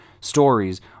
stories